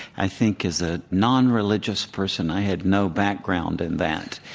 i think as a nonreligious person i had no background in that.